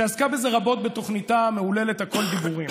שעסקה בזה רבות בתוכניתה המהוללת הכול דיבורים,